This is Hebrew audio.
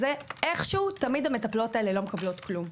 איכשהו תמיד המטפלות האלה לא מקבלות כלום.